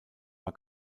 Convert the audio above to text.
war